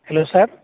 hello sir